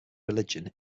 religion